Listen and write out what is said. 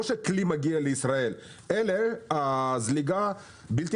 זה לא שהכלי מגיע לישראל אלא הזליגה הבלתי